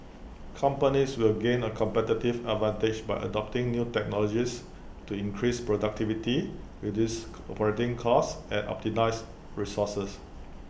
companies will gain A competitive advantage by adopting new technologies to increase productivity reduce operating costs and resources